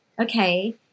Okay